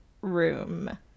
room